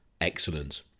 Excellent